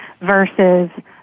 versus